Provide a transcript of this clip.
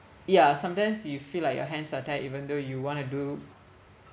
yeah sometimes you feel like your hands are tied even though you want to do